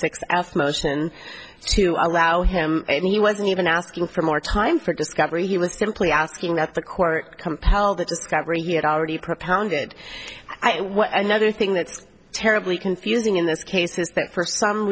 six asked motion to allow him and he wasn't even asking for more time for discovery he was simply asking that the court compel the discovery he had already propounded i was another thing that is terribly confusing in this case is that for some